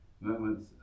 moments